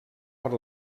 per